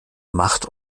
macht